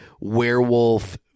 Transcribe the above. Werewolf